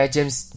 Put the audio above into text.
James